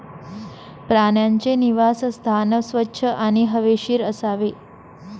प्राण्यांचे निवासस्थान स्वच्छ आणि हवेशीर असावे